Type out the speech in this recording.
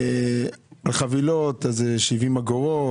על חבילות זה 70 אגורות.